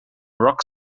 rock